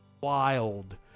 Wild